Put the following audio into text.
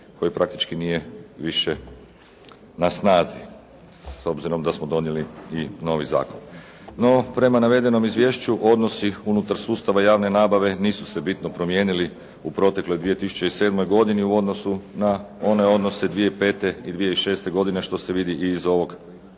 koji praktički nije više na snazi s obzirom da smo donijeli i novi zakon. No, prema navedenom izvješću odnosi unutar sustava javne nabave nisu se bitno promijenili u protekloj 2007. godini u odnosu na one odnose 2005. i 2006. godine što se vidi i iz ovog Izvješća